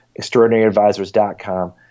ExtraordinaryAdvisors.com